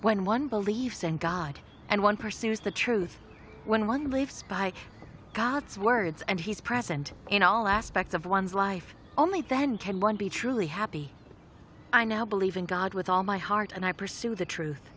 when one believes in god and one pursues the truth when one lives by god's words and he's present in all aspects of one's life only then can one be truly happy i now believe in god with all my heart and i pursue the truth